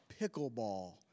pickleball